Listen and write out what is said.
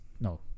no